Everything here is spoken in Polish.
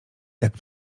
jak